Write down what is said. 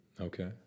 Okay